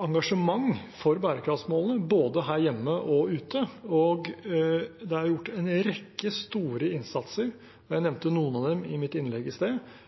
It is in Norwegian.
engasjement for bærekraftsmålene, både her hjemme og ute. Det er gjort en rekke store innsatser, jeg